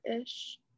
ish